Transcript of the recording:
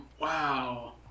wow